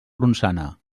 ronçana